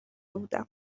بودم